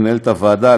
מנהלת הוועדה,